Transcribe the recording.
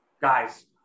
guys